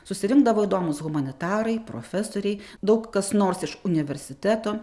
susirinkdavo įdomūs humanitarai profesoriai daug kas nors iš universiteto